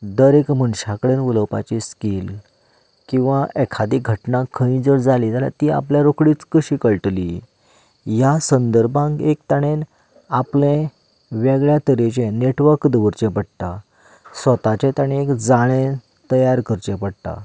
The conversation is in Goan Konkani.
दर एक मनशा कडेन उलोवपाची स्कील किंवा एखादी घटणा खंय जर जाली जाल्यार ती आपल्याक रोकडीच कशी कळटली ह्या संदर्भांत एक ताणें आपले वेगळ्या तरेचे नॅटवर्क दवरचें पडटा स्वताचें ताणें एक जाळें तयार करचें पडटा